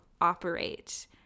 operate